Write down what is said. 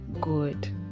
good